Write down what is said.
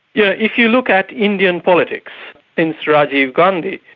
yeah, if you look at indian politics since rajiv ghandi,